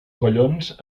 collons